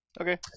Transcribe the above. Okay